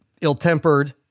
ill-tempered